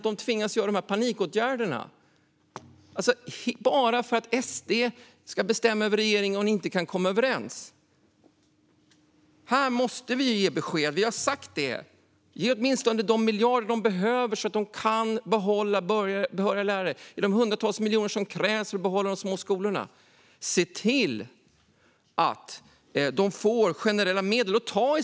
De tvingas vidta panikåtgärder bara för att SD ska bestämma över regeringen och ni inte kan komma överens. Man måste ge besked. Vi har sagt det. Ge dem åtminstone de miljarder de behöver för att kunna behålla behöriga lärare och de hundratals miljoner som krävs för att behålla de små skolorna! Se till att de får generella medel.